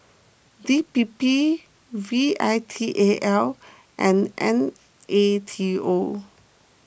D P P V I T A L and N A T O